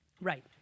right